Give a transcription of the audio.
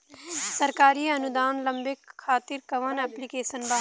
सरकारी अनुदान लेबे खातिर कवन ऐप्लिकेशन बा?